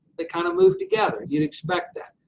they kind of move together. you'd expect that.